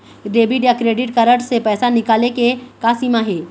Debit या credit card से पैसा निकाले के का सीमा हे?